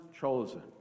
chosen